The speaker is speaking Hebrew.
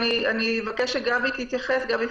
אני רוצה לומר כמה דברים.